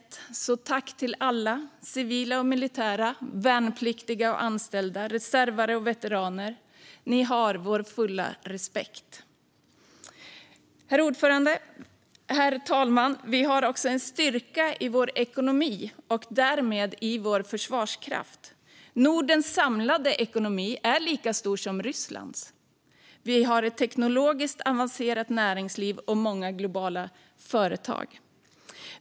Jag vill därför rikta ett tack till alla civila, militära, värnpliktiga, anställda, reservare och veteraner - ni har vår fulla respekt. Herr talman! Vi har också en styrka i vår ekonomi och därmed i vår försvarskraft. Nordens samlade ekonomi är lika stor som Rysslands. Vi har ett teknologiskt avancerat näringsliv och många globala företag.